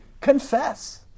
confess